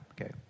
okay